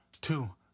two